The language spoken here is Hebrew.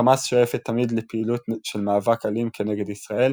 חמאס שואפת תמיד לפעילות של מאבק אלים כנגד ישראל,